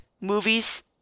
movies